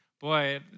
boy